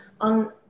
on